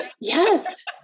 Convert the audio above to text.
Yes